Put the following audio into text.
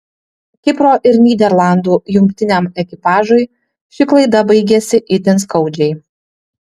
kipro ir nyderlandų jungtiniam ekipažui ši klaida baigėsi itin skaudžiai